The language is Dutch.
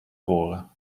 voren